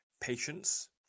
patience